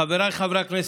חבריי חברי הכנסת,